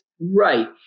Right